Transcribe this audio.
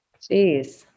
Jeez